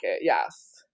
Yes